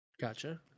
Gotcha